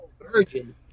Virgin